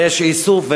ויש איסוף.